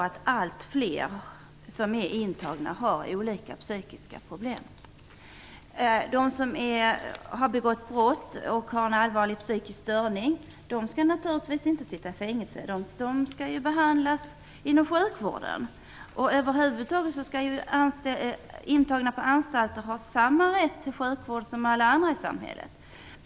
Allt fler intagna har olika psykiska problem. De som har begått brott och har en allvarlig psykisk störning skall naturligtvis inte sitta i fängelse, utan de skall behandlas inom sjukvården. Över huvud taget skall intagna på anstalter ha samma rätt till sjukvård som alla andra i samhället.